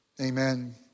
Amen